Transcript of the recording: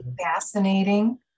fascinating